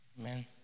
Amen